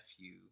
nephew